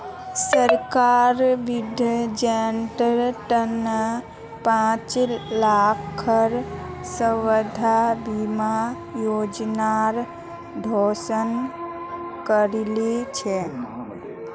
सरकार वृद्धजनेर त न पांच लाखेर स्वास्थ बीमा योजनार घोषणा करील छ